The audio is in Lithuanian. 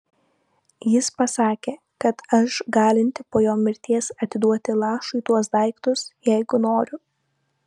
jis pasakė kad aš galinti po jo mirties atiduoti lašui tuos daiktus jeigu noriu